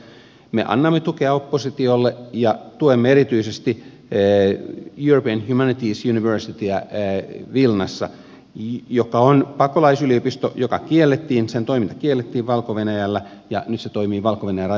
me annamme tukea oppositiolle ja tuemme erityisesti european humanities universityä vilnassa joka on pakolaisyliopisto joka kiellettiin sen toiminta kiellettiin valko venäjällä ja nyt se toimii valko venäjän rajojen ulkopuolella